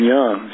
Young